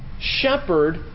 shepherd